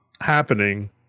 happening